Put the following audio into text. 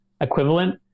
equivalent